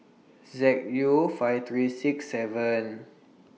Z U five three six seven